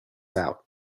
out